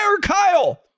Kyle